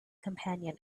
companion